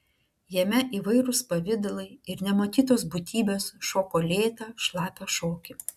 jame įvairūs pavidalai ir nematytos būtybės šoko lėtą šlapią šokį